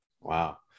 Wow